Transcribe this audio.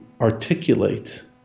articulate